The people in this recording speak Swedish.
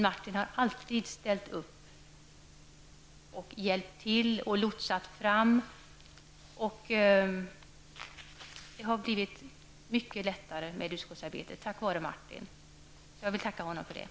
Martin har alltid ställt upp och hjälpt till. Utskottsarbetet har blivit mycket lättare tack vare Martin. Jag vill tacka honom för detta.